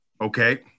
Okay